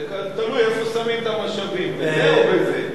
זה תלוי איפה שמים את המשאבים, בזה או בזה.